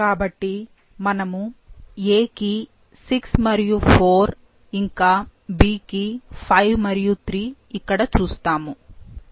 కాబట్టి మనము A కి 6 మరియు 4 ఇంకా B కి 5 మరియు 3 ఇక్కడ చూస్తాము